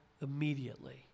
immediately